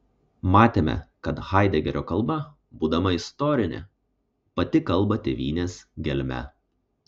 matėme kad haidegerio kalba būdama istorinė pati kalba tėvynės gelme